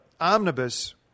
omnibus